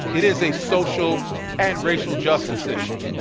it is a social and racial justice issue,